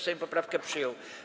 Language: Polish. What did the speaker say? Sejm poprawkę przyjął.